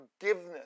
forgiveness